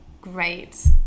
great